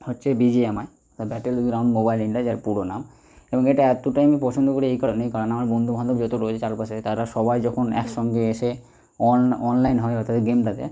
হচ্ছে BGMI the battle ground mobile India যার পুরো নাম এবং এটা এতটাই আমি পছন্দ করি এই কারণেই কারণ আমার বন্ধুবান্ধব যত রয়েছে চারপাশে তারা সবাই যখন একসঙ্গে এসে অনলাইন হয় তাদের গেমটাতে